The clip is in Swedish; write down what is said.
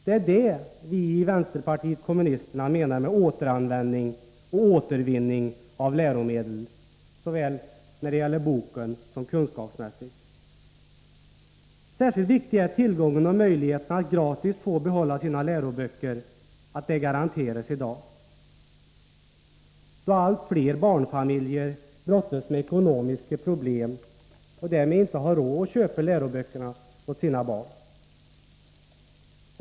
Det är det vi i vänsterpartiet kommunisterna menar med återanvändning och återvinning av läromedel, såväl när det gäller böckerna som kunskapsmässigt. Särskilt viktigt är det att man i dag garanterar tillgången och möjligheten för eleverna att gratis få behålla sina läroböcker, då allt fler barnfamiljer brottas med ekonomiska problem och därmed inte har råd att köpa läroböckerna åt sina barn.